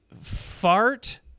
fart